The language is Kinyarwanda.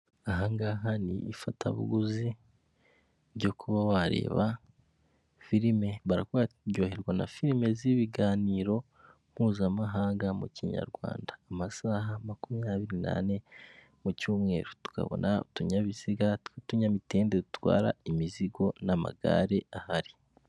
Aha ngaha ni ifatabuguzi ryo kuba wareba filime. Barakubwira bati: ryoherwa na filime z'ibiganiro mpuzamahanga mu Kinyarwanda mu masaha makumyabiri nane mu cyumweru. Tukabona utunyabiziga tw'utunyamitende dubara imizigo n'amagare ahari.